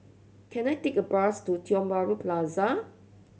can I take a bus to Tiong Bahru Plaza